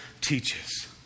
teaches